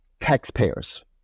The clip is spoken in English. taxpayers